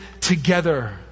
together